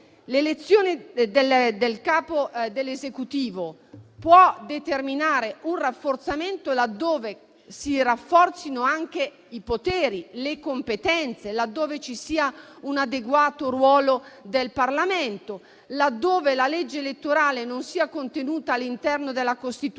L'elezione del Capo dell'Esecutivo può determinare un rafforzamento, laddove si rafforzino anche i poteri e le competenze, ci sia un adeguato ruolo del Parlamento e la legge elettorale non sia contenuta all'interno della Costituzione,